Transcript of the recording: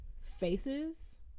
faces